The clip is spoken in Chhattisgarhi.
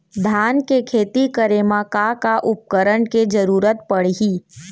धान के खेती करे मा का का उपकरण के जरूरत पड़हि?